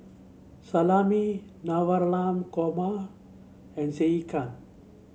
Salami Navratan Korma and Sekihan